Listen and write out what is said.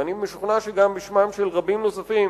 ואני משוכנע שגם בשמם של רבים נוספים